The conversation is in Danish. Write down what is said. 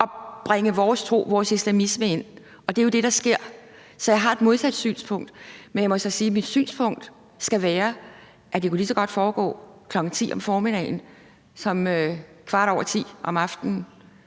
at bringe vores tro, vores islamisme ind. Og det er jo det, der sker. Så jeg har et modsat synspunkt. Men jeg må så sige, at mit synspunkt skal være, at det lige så godt kunne foregå kl. 10 om formiddagen som kvart over 10 om aftenen.